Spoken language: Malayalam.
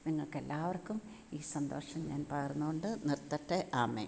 നിങ്ങൾക്ക് എല്ലാവർക്കും ഈ സന്തോഷം ഞാൻ പകർന്നു കൊണ്ട് നിർത്തട്ടെ ആമേൻ